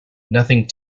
nothing